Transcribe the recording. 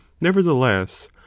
nevertheless